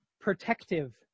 protective